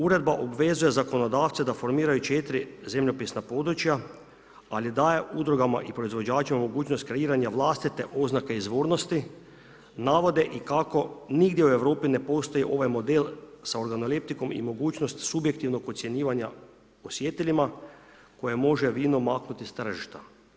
Uredba obvezuje zakonodavce da formiraju 4 zemljopisna područja, ali daje udrugama i proizvođačima mogućnost kreiranja vlastite oznake izvornosti, navode kako nigdje u Europi ne postoji ovaj model sa … i mogućnost subjektivnog ocjenjivanja osjetilima, koje može vino maknuti s tržišta.